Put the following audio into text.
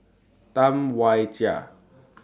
Tam Wai Jia